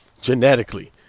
genetically